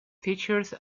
features